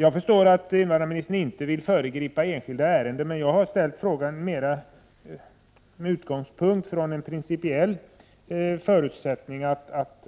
Jag förstår att invandrarministern inte vill föregripa enskilda ärenden, men jag har ställt frågan med utgångspunkt i en principiell förutsättning, att